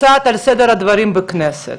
קצת על סדר הדברים בכנסת,